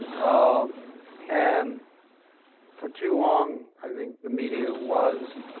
um and for too long, i think, the media was